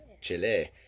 Chile